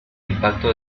impacto